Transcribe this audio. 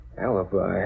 Alibi